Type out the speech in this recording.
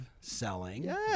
selling